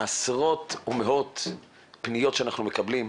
עשרות ומאות פניות שאנחנו מקבלים,